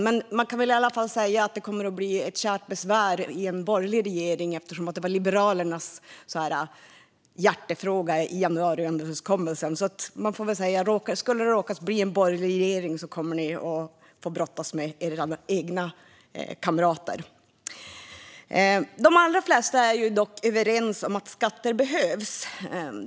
Men man kan väl i alla fall säga att det kommer att bli ett kärt besvär i en borgerlig regering, eftersom det var Liberalernas hjärtefråga i januariöverenskommelsen. Skulle det råka bli en borgerlig regering kommer ni alltså att få brottas med en av era egna kamrater. De allra flesta är dock överens om att skatter behövs.